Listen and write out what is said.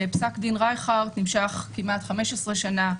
פסק דין רייכרט נמשך כמעט 15 שנה,